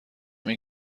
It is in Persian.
این